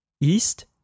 East